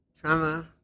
trauma